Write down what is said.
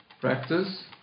practice